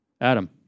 Adam